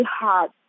hard